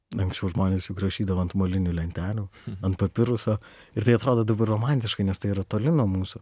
anksčiau žmonės juk rašydavo ant molinių lentelių ant papiruso ir tai atrodo dabar romantiškai nes tai yra toli nuo mūsų